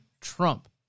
Trump